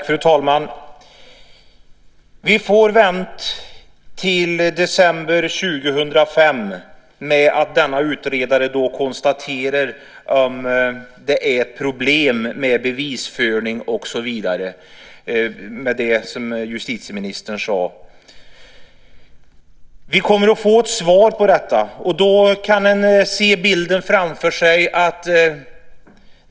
Fru talman! Vi får vänta till december 2005 på att denna utredare ska konstatera om det är ett problem med bevisföring och det som justitieministern sade. Vi kommer att få ett svar på detta, och då kan man se bilden framför sig.